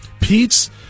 Pete's